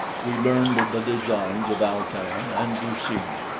we learned the designs of al-tan and du-seen.